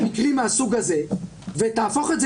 למרות שיש המון מקרים וגם אתה ביקרת את נטייתו להתערב בהתערבות יתר.